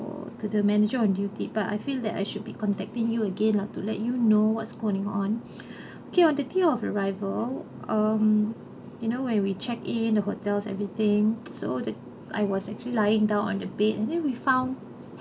to the manager on duty but I feel that I should be contacting you again lah to let you know what's going on okay on the day of arrival um you know when we check in the hotel everything so I was actually lying down on the bed and then we found